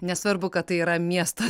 nesvarbu kad tai yra miesto